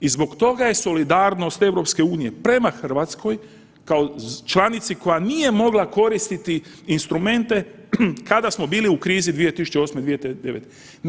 I zbog toga je solidarnost EU prema RH kao članici koja nije mogla koristiti instrumente kada smo bili u krizi 2008.-2009.